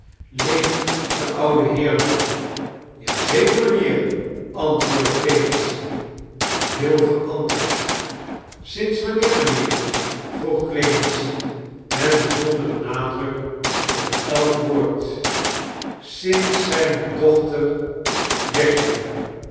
de oucte heer nog ja zeker mijnheer anitwoordde clemency veel veranderd sinds wanneer mijnheer vroeg clemency met bijzonderen nadruk op elk woord sinds zdjne dochbar wegliep